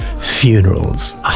funerals